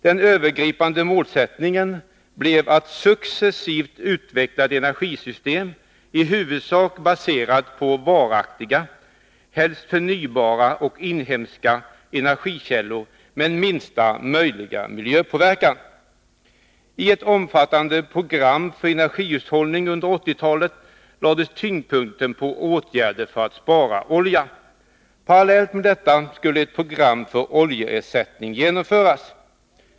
Den övergripande målsättningen blev att successivt utveckla ett energisystem i huvudsak baserat på varaktiga, helst förnybara och inhemska, energikällor med minsta möjliga miljöpåverkan. I ett omfattande program för energihushållning under 1980-talet lades tyngdpunkten på åtgärder för att spara olja. Parallellt med detta skulle ett program för oljeersättning genomföras.